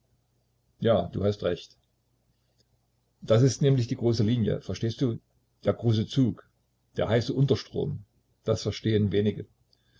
ja du hast recht das ist nämlich die große linie verstehst du der große zug der heiße unterstrom das verstehen wenige